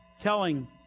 telling